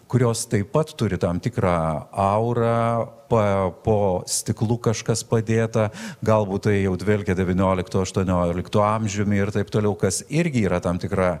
kurios taip pat turi tam tikrą aurą pa po stiklu kažkas padėta galbūt tai jau dvelkia devynioliktų aštuonioliktų amžiumi ir taip toliau kas irgi yra tam tikra